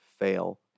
fail